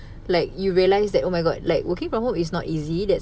like you realise that oh my god like working from home is not easy that's